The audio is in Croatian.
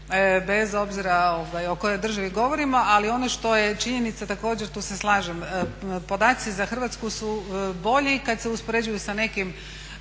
bez obzira o kojoj državi govorimo. Ali on što je činjenica također tu se slažem, podaci za Hrvatsku su bolji kada se uspoređuju sa nekim